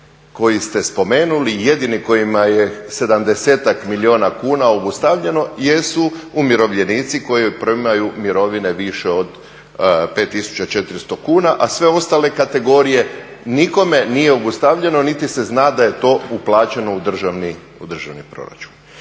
koje ste spomenuli, jedini kojima je sedemdesetak milijuna kuna obustavljeno jesu umirovljenici koji primaju mirovine više od 5400 kuna, a sve ostale kategorije nikome nije obustavljeno, niti se zna da je to uplaćeno u državni proračun.